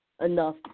enough